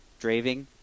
Draving